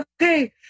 okay